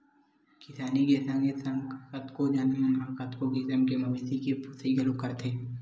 किसानी के संगे संग कतको झन मन ह कतको किसम के मवेशी के पोसई घलोक करथे